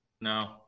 No